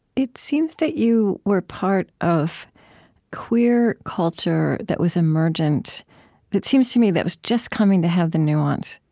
it seems that you were part of queer culture that was emergent that seems to me that was just coming to have the nuance,